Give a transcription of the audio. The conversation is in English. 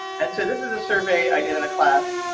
and so this is a survey i did in a class.